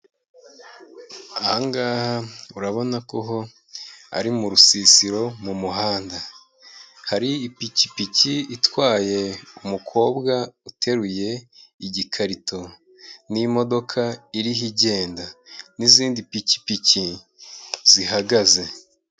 Ahangaha urabona ko ari mu rusisiro mu muhanda. Hari ipikipiki itwaye umukobwa uteruye igikarito n'imodoka iriho igenda n'izindi pikipiki zihagaze.